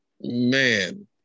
man